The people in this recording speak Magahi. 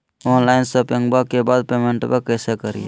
ऑनलाइन शोपिंग्बा के बाद पेमेंटबा कैसे करीय?